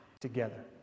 together